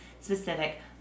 specific